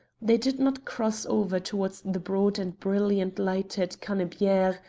they did not cross over towards the broad and brilliantly-lighted cannebiere,